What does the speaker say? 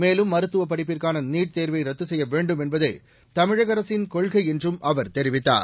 மேலும் மருத்துவப் படிப்பிற்கான நீட் தேர்வை ரத்து செய்ய வேண்டும் என்பதே தமிழக அரசின் கொள்கை என்றும் அவர் தெரிவித்தார்